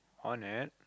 on it